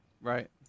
Right